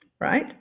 Right